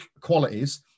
qualities